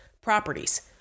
properties